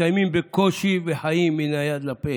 מתקיימים בקושי וחיים מן היד לפה,